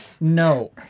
No